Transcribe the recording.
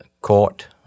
court